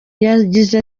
yagize